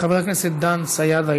חבר הכנסת דן סידה,